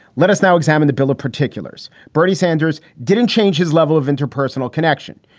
let us now examine the bill of particulars. bernie sanders didn't change his level of interpersonal connection.